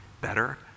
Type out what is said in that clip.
better